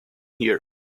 here